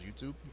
YouTube